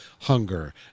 hunger